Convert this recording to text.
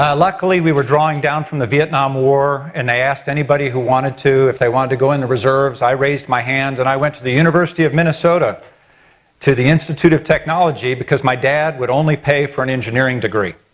luckily, we were drawing down from the vietnam war and they asked anybody who wanted to, if they wanted to go in the reserves, i raised my hand and i went to the university of minnesota to the institute of technology because my dad would only pay for an engineering degree.